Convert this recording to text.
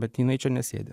bet jinai čia nesėdi